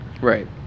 Right